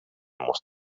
most